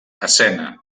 escena